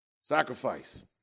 Sacrifice